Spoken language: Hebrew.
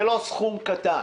זה לא סכום קטן.